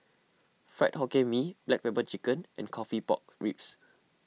Fried Hokkien Mee Black Pepper Chicken and Coffee Pork Ribs